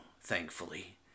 thankfully